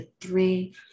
three